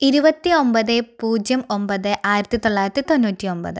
ഇരുപത്തി ഒൻപത് പൂജ്യം ഒൻപത് ആയിരത്തിതൊള്ളയിരത്തിതൊണ്ണൂറ്റി ഒമ്പത്